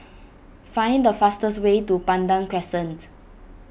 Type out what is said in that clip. find the fastest way to Pandan Crescent